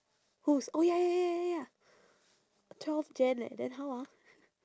whose oh ya ya ya ya ya twelve jan leh then how ah